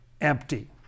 empty